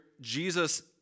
Jesus